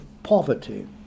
Poverty